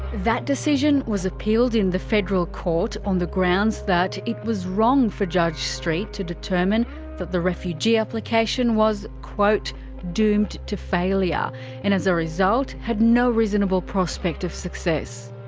that decision was appealed in the federal court on the grounds that it was wrong for judge street to determine that the refugee application was quote doomed to failure and, as a result, had no reasonable prospect of success.